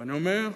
ואני אומר,